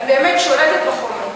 אני באמת שולטת בחומר.